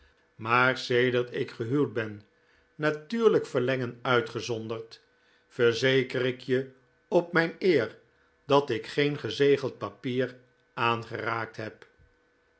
maar sedert ik gehuwd ben natuurlijk verlengen uitgezonderd verzeker ik je op mijn eer dat ik geen gezegeld papier aangeraakt heb